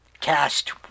cast